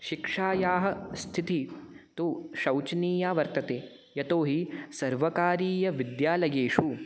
शिक्षायाः स्थितिः तु शौचनीया वर्तते यतोहि सर्वकारीयविद्यालयेषु